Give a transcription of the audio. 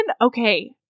okay